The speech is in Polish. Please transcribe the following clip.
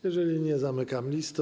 Jeżeli nie, zamykam listę.